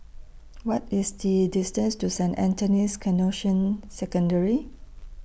What IS The distance to Saint Anthony's Canossian Secondary